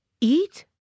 eat